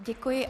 Děkuji.